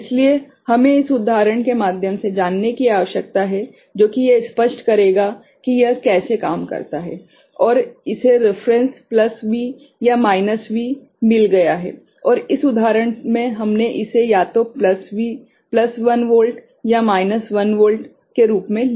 इसलिए हमें इस उदाहरण के माध्यम से जानने की आवश्यकता है जो कि यह स्पष्ट करेगा कि यह कैसे काम करता है और इसे रेफरेंस प्लस V या माइनस V मिल गया है और इस उदाहरण में हमने इसे या तो प्लस 1 वोल्ट या माइनस 1 वोल्ट के रूप में लिया है